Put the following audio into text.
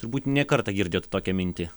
turbūt ne kartą girdėjot tokią mintį